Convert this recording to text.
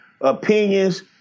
opinions